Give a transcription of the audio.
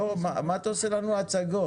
למה אתה עושה לנו הצגות?